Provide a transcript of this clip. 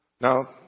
Now